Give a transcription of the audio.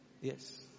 Yes